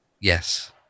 Yes